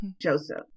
joseph